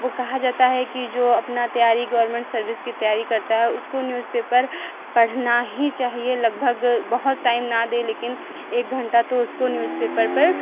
वो कहा जाता है कि जो अपना तैयारी गवरमेंट सर्विस की तैयारी करता है उसको न्यूज़पेपर पढ़ना ही चाहिए लगभग बहुत टाइम ना दे लेकिन एक घंटा तो उसको न्यूज़पेपर पर